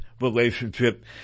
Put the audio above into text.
relationship